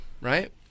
right